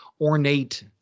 ornate